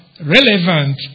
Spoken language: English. relevant